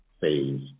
phase